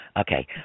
Okay